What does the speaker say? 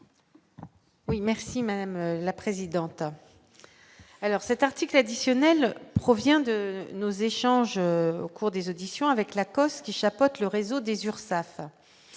Oui merci madame la présidente, alors cet article additionnel provient de nos échanges au cours des auditions avec Lacoste, qui chapeaute le réseau des Urssaf